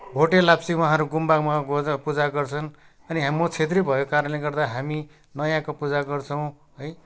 भोटे लाप्चे उहाँहरू गुम्बामा गोज पूजा गर्छन् अनि म छेत्री भएको कारणले गर्दा हामी नयाँको पूजा गर्छौँ है